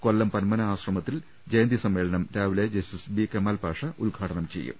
കൊല്ലം പന്മന ആശ്രമത്തിൽ ജയന്തി സമ്മേളനം രാവിലെ ജസ്റ്റിസ് ബി കെമാൽ പാഷ ഉദ്ഘാടനം ചെയ്യും